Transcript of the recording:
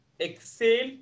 exhale